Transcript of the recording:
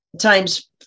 times